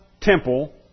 temple